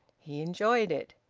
he enjoyed it.